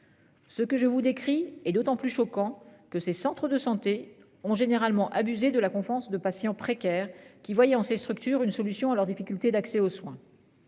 Ce que je vous décris est d'autant plus choquant que ces centres de santé ont généralement abusé de la confiance de patients précaires qui voyait en ces structures une solution à leurs difficultés d'accès aux soins.